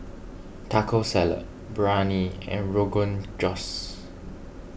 Taco Salad Biryani and Rogan Josh